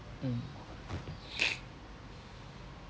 mm